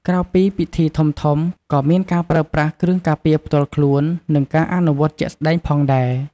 ក្រៅពីពិធីធំៗ ក៏មានការប្រើប្រាស់គ្រឿងការពារផ្ទាល់ខ្លួន និងការអនុវត្តជាក់ស្តែងផងដែរ។